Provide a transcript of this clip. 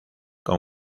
con